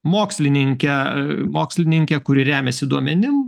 mokslininkę mokslininkę kuri remiasi duomenim